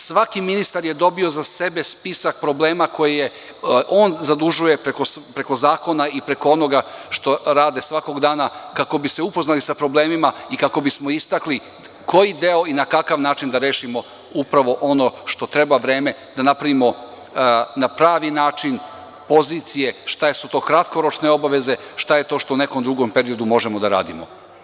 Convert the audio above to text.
Svaki ministar je dobio za sebe spisak problema koje on zadužuje preko zakona i preko onoga što rade svakog dana kako bi se upoznali sa problemima i kako bismo se istakli koji deo i na koji način da rešimo upravo ono što treba, da napravimo na pravi način pozicije šta su to kratkoročne obaveze, šta je to što u nekom drugom periodu možemo da radimo.